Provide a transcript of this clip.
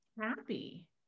happy